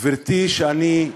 גברתי, ואני,